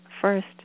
first